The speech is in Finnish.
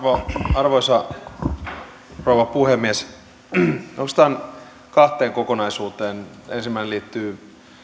arvoisa rouva puhemies oikeastaan kahteen kokonaisuuteen ensimmäinen liittyy